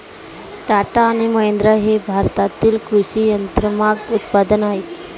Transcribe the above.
टाटा आणि महिंद्रा हे भारतातील कृषी यंत्रमाग उत्पादक आहेत